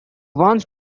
wants